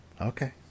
Okay